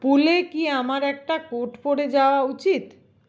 পুলে কি আমার একটা কোট পরে যাওয়া উচিত